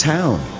Town